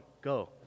go